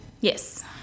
Yes